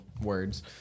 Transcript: words